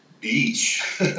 beach